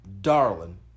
darling